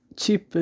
cheap